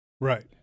Right